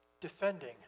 defending